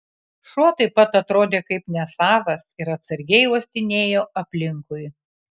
šuo taip pat atrodė kaip nesavas ir atsargiai uostinėjo aplinkui